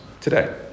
today